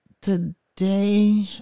today